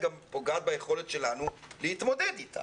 היא גם פוגעת ביכולת שלנו להתמודד איתה.